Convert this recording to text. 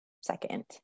second